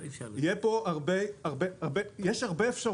יש הרבה אפשרויות